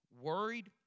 worried